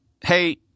hey